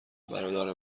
برادر